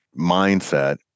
mindset